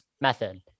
method